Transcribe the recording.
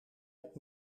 hebt